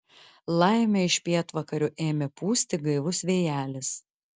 laimė iš pietvakarių ėmė pūsti gaivus vėjelis